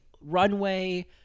runway